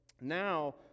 now